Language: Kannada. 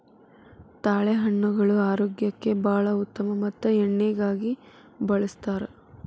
ತಾಳೆಹಣ್ಣುಗಳು ಆರೋಗ್ಯಕ್ಕೆ ಬಾಳ ಉತ್ತಮ ಮತ್ತ ಎಣ್ಣಿಗಾಗಿ ಬಳ್ಸತಾರ